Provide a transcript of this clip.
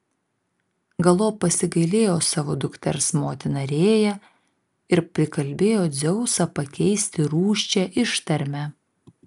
galop pasigailėjo savo dukters motina rėja ir prikalbėjo dzeusą pakeisti rūsčią ištarmę